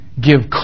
give